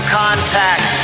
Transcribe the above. contact